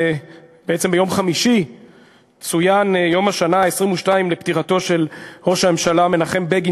ביום חמישי צוין יום השנה ה-22 לפטירתו של ראש הממשלה מנחם בגין,